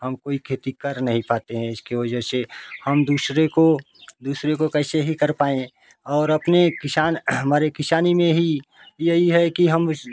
हम कोई खेती कर नहीं पाते हैं इसकी वजह से हम दूसरे को दूसरे को कैसे ही कर पाएं और अपने किसान हमारे किसानी में ही यही है कि हम